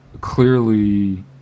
clearly